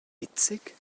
witzig